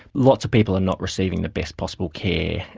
lots of people are not receiving the best possible care.